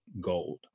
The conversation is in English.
gold